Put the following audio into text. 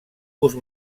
gust